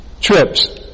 trips